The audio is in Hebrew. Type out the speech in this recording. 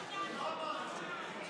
זה לא מה שהציבור רצה.